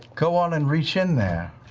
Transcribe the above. go on and reach in there.